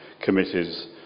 committee's